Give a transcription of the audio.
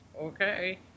okay